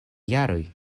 jaroj